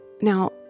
Now